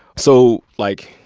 so, like,